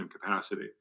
capacity